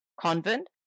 Convent